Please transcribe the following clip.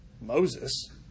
Moses